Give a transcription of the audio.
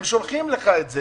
הם שולחים את זה